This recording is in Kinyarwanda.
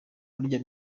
burya